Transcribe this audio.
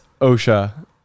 OSHA